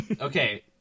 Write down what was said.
Okay